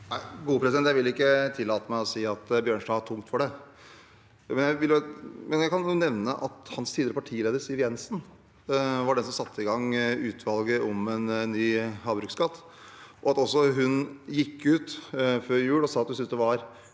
Jeg vil ikke tillate meg å si at Bjørnstad har tungt for det, men jeg kan nevne at hans tidligere partileder, Siv Jensen, var den som satte i gang utvalget om en ny havbruksskatt, og at også hun gikk ut før jul og sa at hun syntes det var